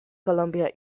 columbia